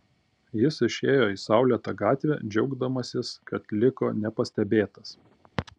jis išėjo į saulėtą gatvę džiaugdamasis kad liko nepastebėtas